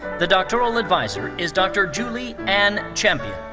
the doctoral adviser is dr. julie anne champion.